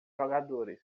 jogadores